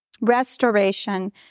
restoration